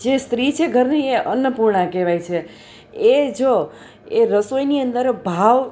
જે સ્ત્રી છે ઘરની એ અન્નપૂર્ણા કહેવાય છે એ જો એ રસોઈની અંદર ભાવ